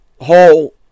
whole